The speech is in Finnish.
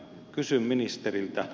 kysyn ministeriltä